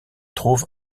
trouve